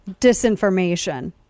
Disinformation